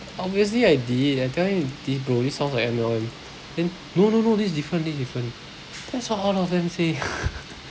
obviously I did I tell him this bro this sounds like M_L_M then no no no this is different this is different that's what all of them say